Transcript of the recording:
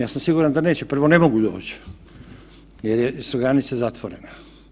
Ja sam siguran da neće, prvo ne mogu doći jer su granice zatvorene.